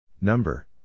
Number. (